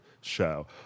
show